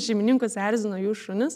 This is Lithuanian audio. šeimininkus erzina jų šunys